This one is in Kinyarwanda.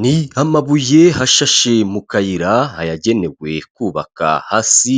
Ni amabuye ashashe mu kayira ayagenewe kubaka hasi